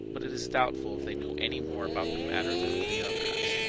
but it is doubtful if they know any more about the matter than the others.